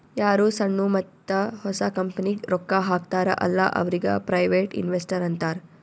ಯಾರು ಸಣ್ಣು ಮತ್ತ ಹೊಸ ಕಂಪನಿಗ್ ರೊಕ್ಕಾ ಹಾಕ್ತಾರ ಅಲ್ಲಾ ಅವ್ರಿಗ ಪ್ರೈವೇಟ್ ಇನ್ವೆಸ್ಟರ್ ಅಂತಾರ್